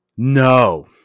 No